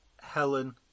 Helen